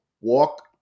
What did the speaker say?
walk